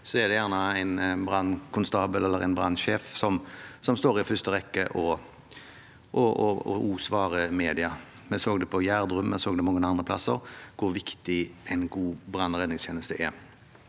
er det gjerne en brannkonstabel eller brannsjef som står i første rekke og svarer media. Vi så det i Gjerdrum, og vi har sett mange andre plasser hvor viktig en god brann- og redningstjeneste er.